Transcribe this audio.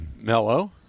mellow